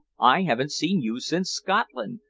i haven't seen you since scotland,